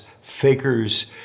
fakers